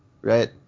right